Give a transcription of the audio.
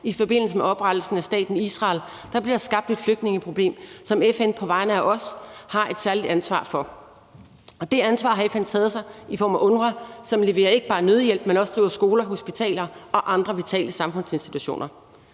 i forbindelse med oprettelsen af staten Israel, blev der skabt et flygtningeproblem, som FN på vegne af os har et særligt ansvar for. Og det ansvar har FN taget på sig i form af UNRWA, som leverer ikke bare nødhjælp, men som også driver skoler, hospitaler og andre vitale samfundsinstitutioner.